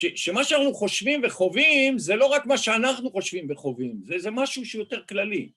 שמה שאנחנו חושבים וחווים זה לא רק מה שאנחנו חושבים וחווים, זה משהו שהוא יותר כללי.